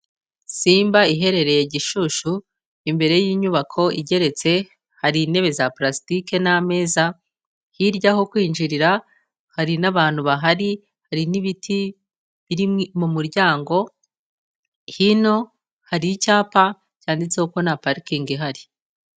Simba iherereye Gishushu, imbere y'inyubako igeretse, hari intebe za pulasitike n'ameza, hirya ho kwinjirira hari n'abantu bahari, hari n'ibiti biri mu muryango, hino hari icyapa cyanditseho ko nta parikingi ihari.